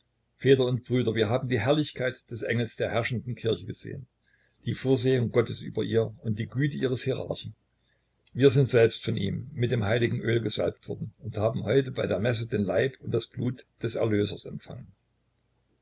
väter und brüder wir haben die herrlichkeit des engels der herrschenden kirche gesehen die vorsehung gottes über ihr und die güte ihres hierarchen wir sind selbst von ihm mit dem heiligen öl gesalbt worden und haben heute bei der messe den leib und das blut des erlösers empfangen